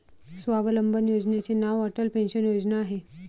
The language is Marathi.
स्वावलंबन योजनेचे नाव अटल पेन्शन योजना आहे